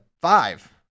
five